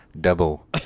double